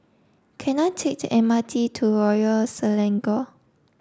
can I take the M R T to Royal Selangor